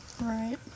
Right